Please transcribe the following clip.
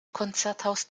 konzerthaus